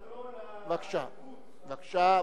בבקשה.